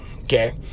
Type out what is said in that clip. okay